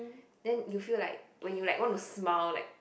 then you feel like when you like want to smile like